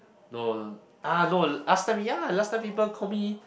no no ah no last time ya last time people call me